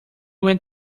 went